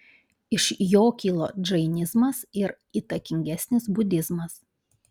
iš jo kilo džainizmas ir įtakingesnis budizmas